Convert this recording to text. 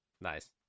Nice